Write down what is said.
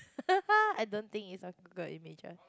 I don't think is a google image